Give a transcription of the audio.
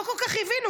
לא כל כך הבינו,